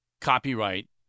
copyright